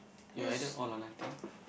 you're either all or nothing